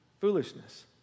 foolishness